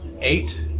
eight